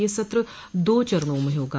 यह सत्र दो चरणों में होगा